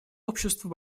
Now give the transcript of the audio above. обществу